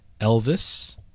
Elvis